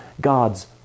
God's